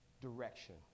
direction